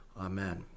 Amen